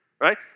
right